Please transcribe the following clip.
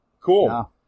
Cool